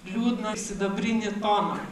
liūdną sidabrinį toną